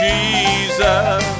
Jesus